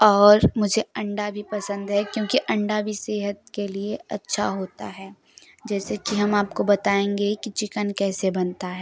और मुझे अंडा भी पसंद है क्योंकि अंडा भी सेहत के लिए अच्छा होता है जैसे कि हम आपको बताएंगे कि चिकन कैसे बनता है